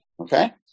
okay